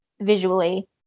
visually